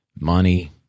money